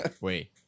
Wait